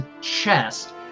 chest